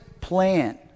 plan